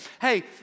Hey